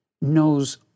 knows